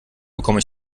bekomme